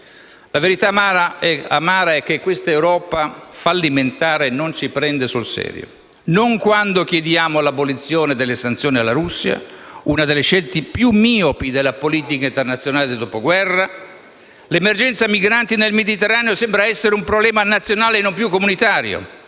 La verità amara è che questa Europa fallimentare non ci prende sul serio. Non lo fa quando chiediamo l'abolizione delle sanzioni alla Russia, una delle scelte più miopi della politica internazionale dal dopoguerra. L'emergenza migranti nel Mediterraneo sembra sempre essere un problema nazionale e non comunitario: